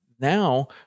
now